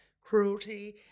cruelty